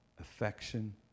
affection